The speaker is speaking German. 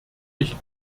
ich